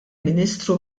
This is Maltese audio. ministru